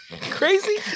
crazy